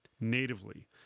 natively